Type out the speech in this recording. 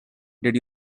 did